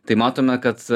tai matome kad